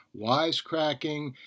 wisecracking